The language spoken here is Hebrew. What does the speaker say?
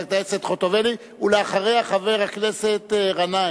ואחריה, חבר הכנסת גנאים.